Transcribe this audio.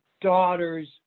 daughters